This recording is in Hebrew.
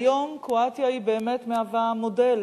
היום קרואטיה באמת מהווה מודל.